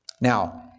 Now